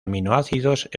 aminoácidos